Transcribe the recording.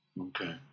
okay